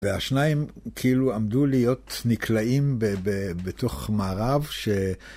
והשניים כאילו עמדו להיות נקלעים בתוך מארב ש...